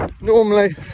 Normally